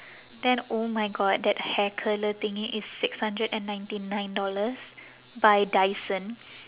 then oh my god that hair curler thingy is six hundred and ninety nine dollars by dyson